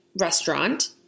restaurant